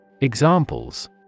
Examples